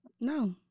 No